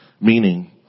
meaning